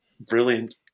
brilliant